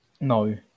No